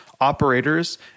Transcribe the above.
operators